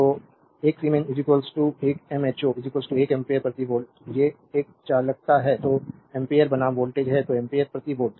तो 1 siemens 1 mho 1 ampere प्रति volt ये एक चालकता है जो एम्पीयर बनाम वोल्ट है तो एम्पीयर प्रति वोल्ट